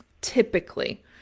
Typically